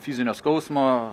fizinio skausmo